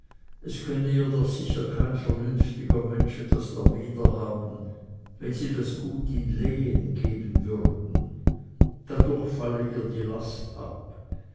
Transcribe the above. es könne ihr doch sicher kein vernünftiger mensch etwas dawider haben wenn sie das gut in lehn geben würden dadurch falle ihr die last ab